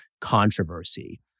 controversy